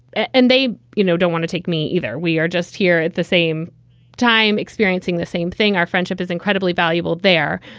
and they you know don't want to take me either we are just here at the same time experiencing the same thing. our friendship is incredibly valuable there.